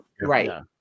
right